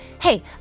hey